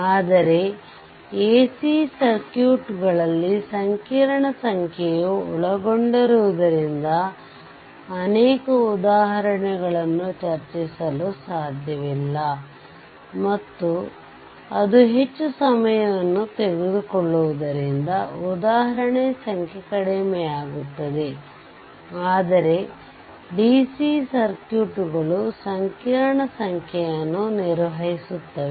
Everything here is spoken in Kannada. ಆದರೆ AC ಸರ್ಕ್ಯೂಟ್ಗಳಲ್ಲಿ ಸಂಕೀರ್ಣ ಸಂಖ್ಯೆಯು ಒಳಗೊಂಡಿರುವುದರಿಂದ ಅನೇಕ ಉದಾಹರಣೆಗಳನ್ನು ಚರ್ಚಿಸಲು ಸಾಧ್ಯವಿಲ್ಲ ಮತ್ತು ಅದು ಹೆಚ್ಚು ಸಮಯವನ್ನು ತೆಗೆದುಕೊಳ್ಳುವುದರಿಂದ ಉದಾಹರಣೆಯ ಸಂಖ್ಯೆ ಕಡಿಮೆಯಾಗುತ್ತದೆ ಆದರೆ DC ಸರ್ಕ್ಯೂಟ್ಗಳು ಸಂಕೀರ್ಣ ಸಂಖ್ಯೆಯನ್ನು ನಿರ್ವಹಿಸುತ್ತವೆ